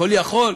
הכול יכול,